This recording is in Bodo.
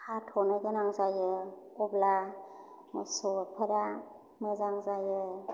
खाथ'नो गोनां जायो अब्ला मोसौफ्रा मोजां जायो